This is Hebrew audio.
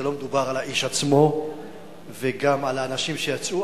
לא מדובר על האיש עצמו וגם לא על האנשים שיצאו.